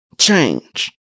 Change